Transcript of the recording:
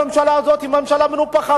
הממשלה הזאת היא ממשלה מנופחת,